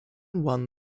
won